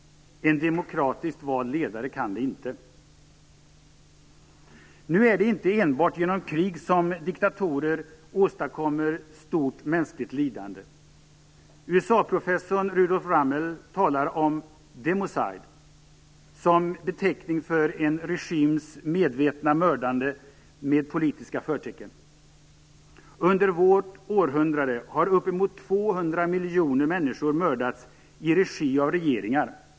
En demokratiskt vald ledare kan det inte. Nu är det inte enbart genom krig som diktatorer åstadkommer stort mänskligt lidande. USA professorn Rudolph Rummel talar om democide som beteckning för en regims medvetna mördande med politiska förtecken. Under vårt århundrade har upp emot 200 miljoner människor mördats i regi av regeringar.